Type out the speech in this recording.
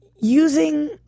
using